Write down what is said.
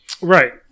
Right